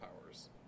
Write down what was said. powers